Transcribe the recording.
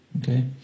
Okay